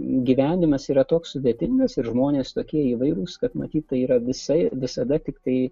gyvenimas yra toks sudėtingas ir žmonės tokie įvairūs kad matyt tai yra visai visada tiktai